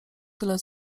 tyle